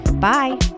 Bye